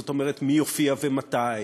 זאת אומרת מי יופיע ומתי,